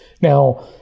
Now